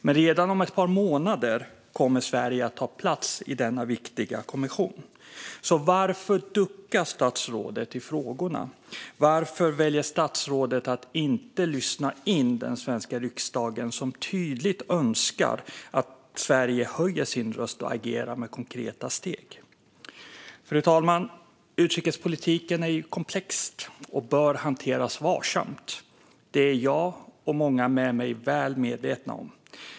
Men redan om ett par månader kommer Sverige att ta plats i denna viktiga kommission, så varför duckar statsrådet i frågorna? Varför väljer statsrådet att inte lyssna in den svenska riksdagen, som tydligt önskar att Sverige ska höja sin röst och agera med konkreta steg? Fru talman! Utrikespolitiken är komplex och bör hanteras varsamt. Det är jag och många med mig väl medvetna om.